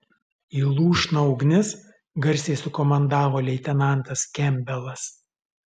į lūšną ugnis garsiai sukomandavo leitenantas kempbelas